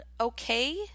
okay